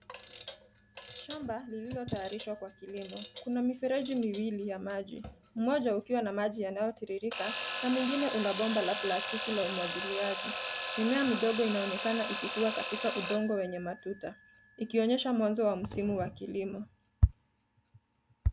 Shamba lililotayarishwa kwa kilimo. Kuna mifereji miwili ya maji, moja ukiwa na maji yanayotiririka na mwingine una bomba la plastiki la umwagiliaji. Mimea midogo inaonekana ikikuwa katika udongo wenye matuta. Ikionyesha mwanzo wa msimu wa kilimo.